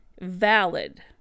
valid